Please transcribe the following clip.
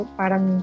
parang